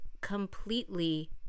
completely